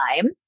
time